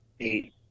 Eight